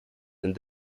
and